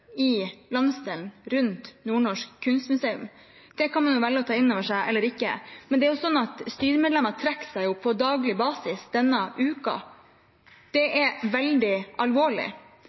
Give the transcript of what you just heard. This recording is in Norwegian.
i landsdelen rundt Nordnorsk Kunstmuseum. Det kan man velge å ta inn over seg eller ikke, men styremedlemmer trekker seg på daglig basis denne uken. Det er veldig alvorlig.